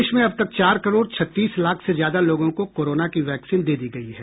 देश में अबतक चार करोड़ छत्तीस लाख से ज्यादा लोगों को कोरोना की वैक्सीन दे दी गयी है